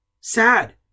sad